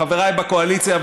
חבריי בקואליציה,